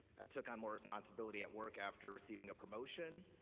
i took on more responsibility at work after receiving a promotion.